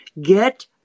get